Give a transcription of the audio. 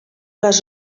les